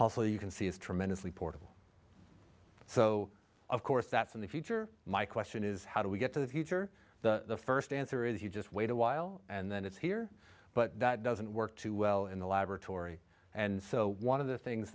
also you can see is tremendously portable so of course that's in the future my question is how do we get to the future the first answer is you just wait a while and then it's here but that doesn't work too well in the laboratory and so one of the things